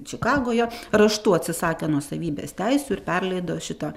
čikagoje raštu atsisakė nuosavybės teisių ir perleido šitą